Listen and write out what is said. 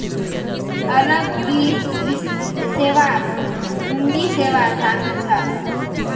अलग वित्त सेवात हुंडी सेवा शामिल छ